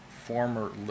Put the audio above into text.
former